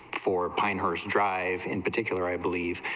four pinehurst drives in particular i believe,